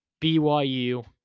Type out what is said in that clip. BYU